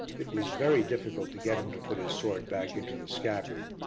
it was very difficult to get him to put his sword back into the scabbard.